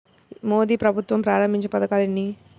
మోదీ ప్రభుత్వం ప్రారంభించిన పథకాలు ఎన్ని?